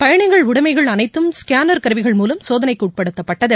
பயணிகளின் உடைமைகள் அனைத்தும் ஸ்கேனர் கருவிகள் மூலம் சோதனைக்கு உட்படுத்தப்பட்டது